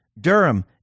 Durham